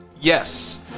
Yes